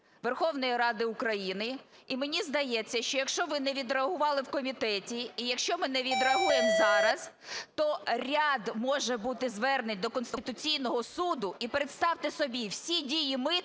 Верховної Ради України. І мені здається, що якщо ви не відреагували в комітеті, і якщо ми не відреагуємо зараз, то ряд може бути звернень до Конституційного Суду. І представте собі, всі дії митниці